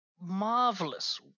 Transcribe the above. Marvelous